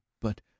But